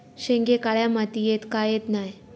शेंगे काळ्या मातीयेत का येत नाय?